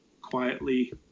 quietly